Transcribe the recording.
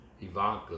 Ivanka